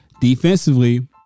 defensively